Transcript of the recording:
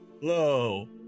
Hello